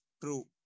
True